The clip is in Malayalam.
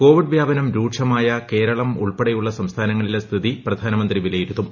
കോവിഡ് വ്യാപനം രൂക്ഷമായ കേരളം ഉൾപ്പെടെയുള്ള സംസ്ഥാനങ്ങളിലെ സ്ഥിതി പ്രധാനമന്ത്രി വിലയിരുത്തും